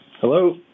Hello